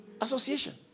association